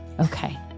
Okay